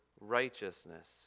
righteousness